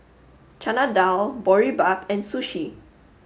Chana Dal Boribap and Sushi